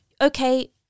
Okay